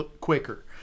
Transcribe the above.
quicker